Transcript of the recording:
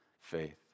faith